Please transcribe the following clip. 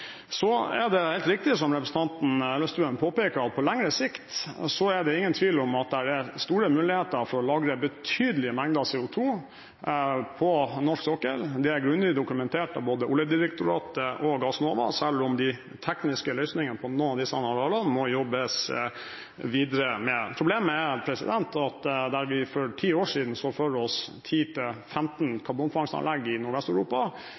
Så er det helt riktig som representanten Elvestuen påpeker, at på lengre sikt er det ingen tvil om at det er store muligheter for å lagre betydelige mengder CO2 på norsk sokkel. Det er grundig dokumentert av både Oljedirektoratet og Gassnova, selv om de tekniske løsningene på noen av disse arealene må jobbes videre med. Problemet er at mens vi for ti år siden så for oss 10–15 karbonfangstanlegg i Nordvest-Europa, har det